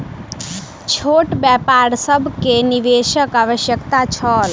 छोट व्यापार सभ के निवेशक आवश्यकता छल